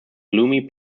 gloomy